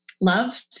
loved